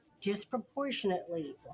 disproportionately